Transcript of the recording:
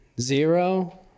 zero